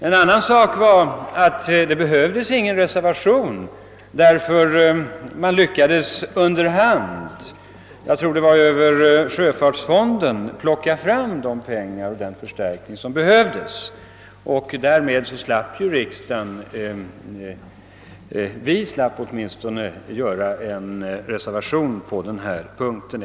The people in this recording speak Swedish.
En annan sak var att någon reservation inte behövdes, därför att man lyckades under hand — jag tror att det var över sjöfartsfonden — plocka fram den erforderliga förstärkningen. Eftersom vi uppnådde vårt syfte på det sättet slapp vi avge reservation på den punkten.